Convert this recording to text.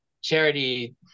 charity